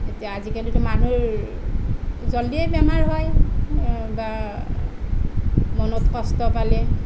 এতিয়া আজিকালিটো মানুহৰ জলদিয়ে বেমাৰ হয় বা মনত কষ্ট পালে